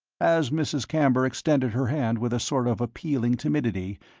as mrs. camber extended her hand with a sort of appealing timidity,